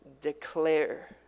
declare